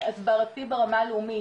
הסברתי ברמה הלאומית.